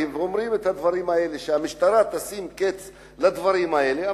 עליו ואומרים שעל המשטרה לשים קץ לדברים האלה,